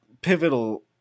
pivotal